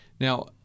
Now